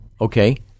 Okay